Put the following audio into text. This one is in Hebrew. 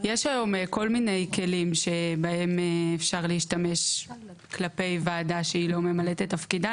מיני כלים שבהן אפשר להשתמש כלפי ועדה שהיא לא ממלאת את תפקידה,